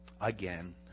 Again